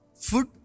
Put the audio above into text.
food